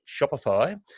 Shopify